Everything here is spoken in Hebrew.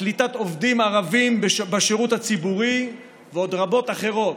לקליטת עובדים ערבים בשירות הציבורי ועוד רבות אחרות.